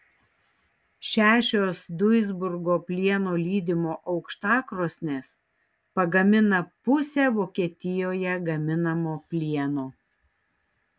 šešios duisburgo plieno lydimo aukštakrosnės pagamina pusę vokietijoje gaminamo plieno